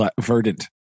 verdant